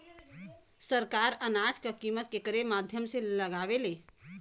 सरकार अनाज क कीमत केकरे माध्यम से लगावे ले?